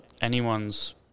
anyone's